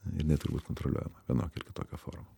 ir jinai turi būt kontroliuojama vienokia ar kitokia forma